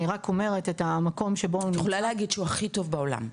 אני רק אומרת את המקום -- את יכולה להגיד שהוא הכי טוב בעולם.